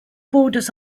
borders